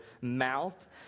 mouth